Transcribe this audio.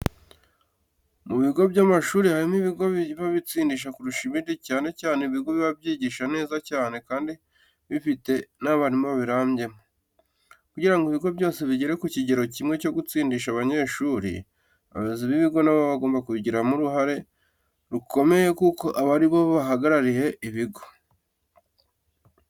Mu bigo by'amashuri harimo iibigo biba bitsindisha kurusha ibindi cyane cyane ibigo biba byigisha neza cyane kandi bifite n'abarimu babirambyemo. Kugirango ibigo byose bigere ku kigero kimwe cyo gutsindisha abanyeshuri, abayobozi b'ibigo nabo bagomba kubigiramo uruhare rukomeye kuko aba ari bo bahagarariye ibigo.